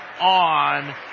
on